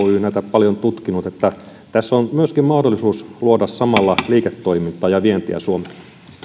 paljon tutkinut että tässä on myöskin mahdollisuus luoda samalla liiketoimintaa ja vientiä suomelle